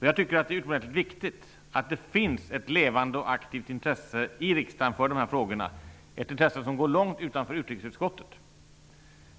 Jag tycker att det är utomordentligt viktigt att det finns ett levande och aktivt intresse för de här frågorna i riksdagen, ett intresse som går långt utanför utrikesutskottet.